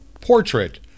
Portrait